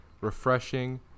refreshing